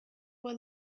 were